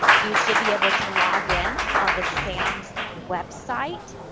you should be able to log in on the sams website.